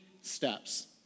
steps